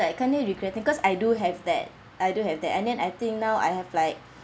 I can't really regret it because I do have that I do have that and then I think now I have like